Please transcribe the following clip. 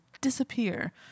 disappear